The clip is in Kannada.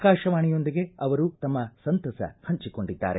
ಆಕಾಶವಾಣಿಯೊಂದಿಗೆ ಅವರು ತಮ್ಮ ಸಂತಸ ಹಂಚಿಕೊಂಡಿದ್ದಾರೆ